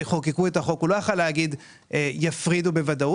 כשחוקקו את החוק הוא לא יכול היה להגיד שיפרידו בוודאות,